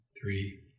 three